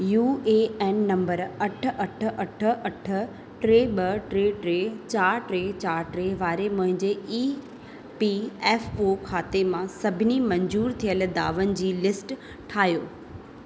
U A N number अठ अठ अठ अठ टे ॿ टे टे चारि टे चार टे वारे मुंहिंजे ई पी एफ ओ खाते मां सभिनी मंज़ूर थियल दावन जी लिस्ट ठाहियो